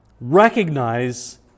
recognize